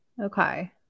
Okay